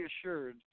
assured